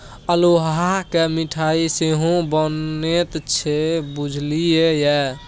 अल्हुआक मिठाई सेहो बनैत छै बुझल ये?